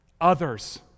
Others